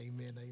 Amen